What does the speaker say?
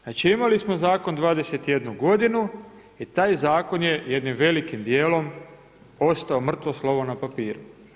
Znači imali smo zakon 21 g. i taj zakon je jednim velikim dijelom ostao mrtvo slovo na papiru.